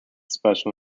special